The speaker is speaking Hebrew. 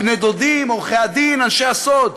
הבני דודים, עורכי הדין, אנשי הסוד.